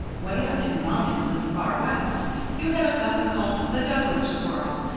way out in the mountains of the far west you have a cousin called the douglas squirrel,